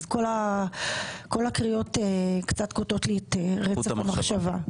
כל קריאות הביניים קצת קוטעות לי את רצף המחשבה.